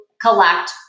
collect